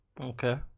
Okay